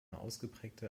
ausgeprägte